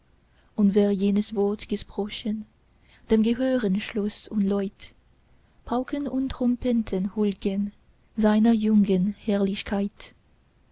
und wer jenes wort gesprochen dem gehören schloß und leut pauken und trompeten huldgen seiner jungen herrlichkeit